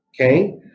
okay